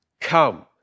come